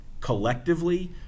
collectively